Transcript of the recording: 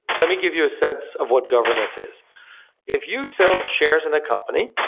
let me give you a sense of what governance is if you sell shares in a company,